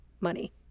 money